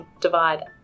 divide